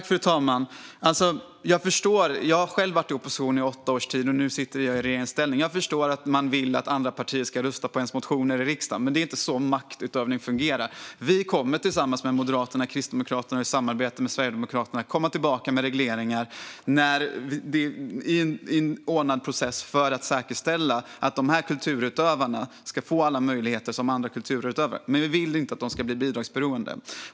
Fru talman! Jag har själv varit i opposition i åtta års tid, och nu sitter jag i regeringsställning. Jag förstår att man vill att andra partier ska rösta på ens motioner i riksdagen, men det är inte så maktutövning fungerar. Vi kommer tillsammans med Moderaterna och Kristdemokraterna i samarbete med Sverigedemokraterna att komma tillbaka med regleringar i en ordnad process för att säkerställa att dessa kulturutövare ska få alla de möjligheter som andra kulturutövare har. Men vi vill inte att de ska bli bidragsberoende.